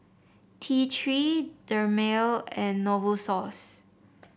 T Three Dermale and Novosource